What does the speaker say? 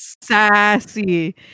sassy